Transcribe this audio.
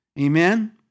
Amen